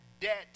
debt